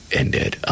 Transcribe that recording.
ended